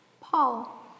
Paul